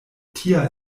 tia